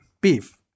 Beef